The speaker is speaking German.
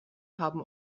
haben